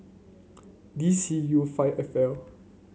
D C U five F L